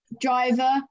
driver